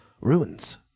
ruins